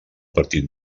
partit